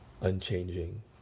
unchanging